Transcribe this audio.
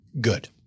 Good